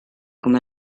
come